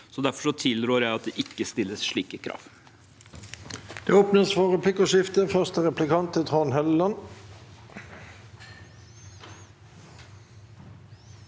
Derfor tilrår jeg at det ikke stilles slike krav.